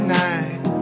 night